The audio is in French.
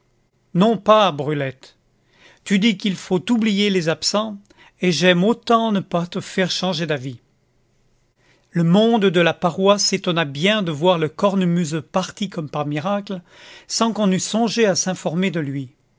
non pas brulette tu dis qu'il faut oublier les absents et j'aime autant ne pas te faire changer d'avis le monde de la paroisse s'étonna bien de voir le cornemuseux parti comme par miracle sans qu'on eût songé à s'informer de lui